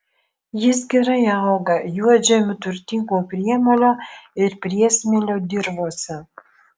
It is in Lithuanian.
jis gerai auga juodžemiu turtingo priemolio ir priesmėlio dirvose